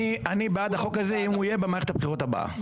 אני בעד החוק הזה אם הוא יהיה במערכת הבחירות הבאה,